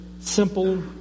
simple